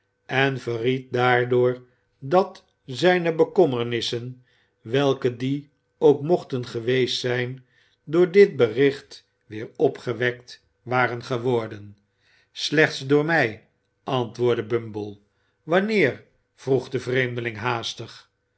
en verried daardoor dat zijne bekommernissen welke die ook mochten geweest zijn door dit bericht weer opgewekt waren geworden slechts door mij antwoordde bumble wanneer vroeg de vreemde ing haastig